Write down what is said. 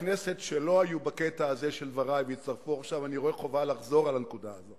שהם חשובים מאוד, ולא ידענו לעגן את הנושאים האלה.